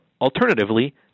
alternatively